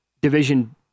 division